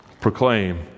proclaim